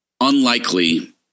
unlikely